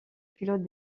pilote